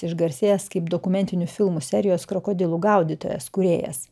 išgarsėjęs kaip dokumentinių filmų serijos krokodilų gaudytojas kūrėjas